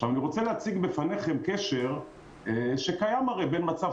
אני רוצה להציג בפניכם קשר שקיים בין מצב